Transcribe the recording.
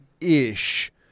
ish